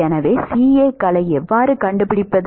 எனவே CA களை எவ்வாறு கண்டுபிடிப்பது